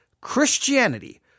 Christianity